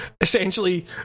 essentially